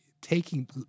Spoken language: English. taking